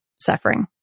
suffering